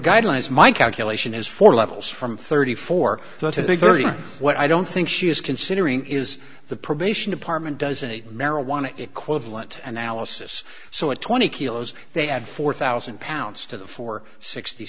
guidelines my calculation is four levels from thirty four so to the thirty what i don't think she is considering is the probation department doesn't marijuana equivalent analysis so it's twenty kilos they add four thousand pounds to the four sixty